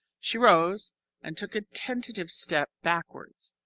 she rose and took a tentative step backwards.